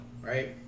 right